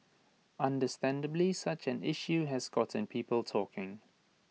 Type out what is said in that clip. understandably such an issue has gotten people talking